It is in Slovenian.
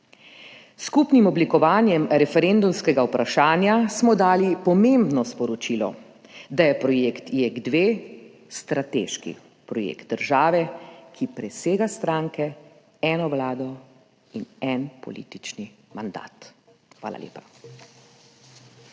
skupnim oblikovanjem referendumskega vprašanja smo dali pomembno sporočilo, da je projekt JEK2 strateški projekt države, ki presega stranke, eno vlado in en politični mandat.« Hvala lepa.